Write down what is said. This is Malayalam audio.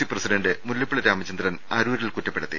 സി പ്രസിഡന്റ് മുല്ലപ്പള്ളി രാമചന്ദ്രൻ അരൂരിൽ കുറ്റപ്പെടുത്തി